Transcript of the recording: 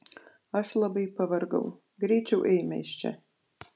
aš labai pavargau greičiau eime iš čia